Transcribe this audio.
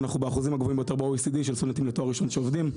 אנחנו באחוזים הגבוהים ביותר ב-OECD של סטודנטים לתואר ראשון שעובדים.